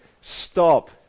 Stop